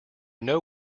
know